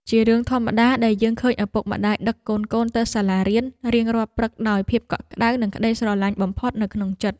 ជារឿងធម្មតាដែលយើងឃើញឪពុកម្តាយដឹកកូនៗទៅសាលារៀនរៀងរាល់ព្រឹកដោយភាពកក់ក្តៅនិងក្ដីស្រឡាញ់បំផុតនៅក្នុងចិត្ត។